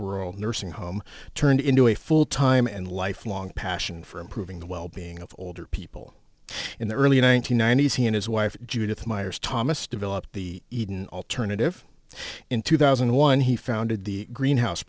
rural nursing home turned into a full time and lifelong passion for improving the wellbeing of older people in the early one nine hundred ninety s he and his wife judith myers thomas developed the eden alternative in two thousand and one he founded the green house